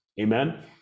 amen